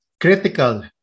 Critical